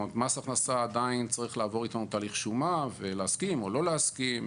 מס הכנסה עדיין צריך לעבור איתנו תהליך שומה ולהסכים או לא להסכים,